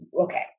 okay